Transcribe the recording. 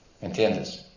¿Entiendes